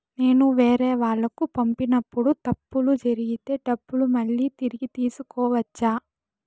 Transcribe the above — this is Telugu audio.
నేను వేరేవాళ్లకు పంపినప్పుడు తప్పులు జరిగితే డబ్బులు మళ్ళీ తిరిగి తీసుకోవచ్చా?